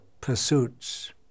pursuits